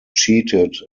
cheated